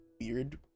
weird